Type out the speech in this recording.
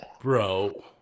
Bro